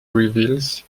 reveals